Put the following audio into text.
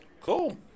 Cool